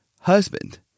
husband